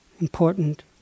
important